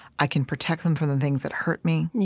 i can protect them from the things that hurt me.